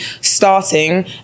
starting